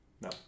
No